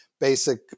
basic